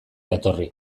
jatorri